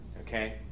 okay